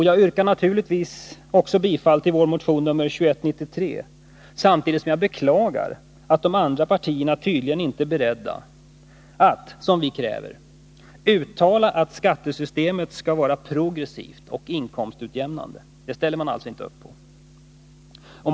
Jag yrkar naturligtvis även bifall till vår motion 2193, samtidigt som jag beklagar att de andra partierna tydligen inte är beredda att, som vi kräver, uttala att skattesystemet skall vara progressivt och inkomstutjämnande. Det ställer man alltså inte upp på.